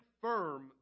firm